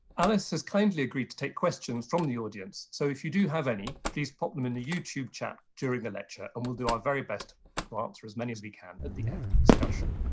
alice has kindly agreed to take questions from the audience so if you do have any please pop them in the youtube chat during the lecture and we'll do our very best to answer as many as we can at the end of the discussion.